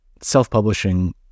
self-publishing